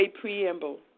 preamble